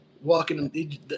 walking